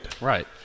Right